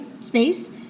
space